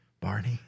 Barney